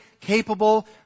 capable